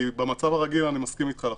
כי במצב הרגיל, אני מסכים אתך לחלוטין.